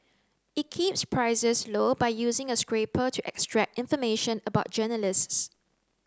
it keeps prices low by using a scraper to extract information about journalists